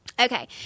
Okay